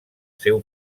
seu